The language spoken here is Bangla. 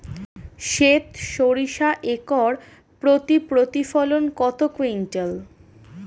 সেত সরিষা একর প্রতি প্রতিফলন কত কুইন্টাল?